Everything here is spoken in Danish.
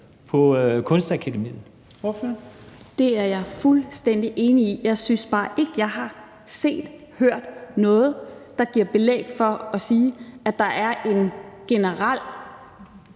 Zenia Stampe (RV): Det er jeg fuldstændig enig i. Jeg synes bare ikke, jeg har set, hørt noget, der giver belæg for at sige, at der er en generel